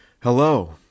Hello